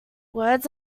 words